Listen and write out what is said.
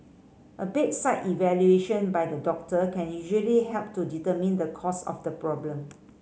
a bedside evaluation by the doctor can usually help to determine the cause of the problem